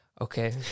Okay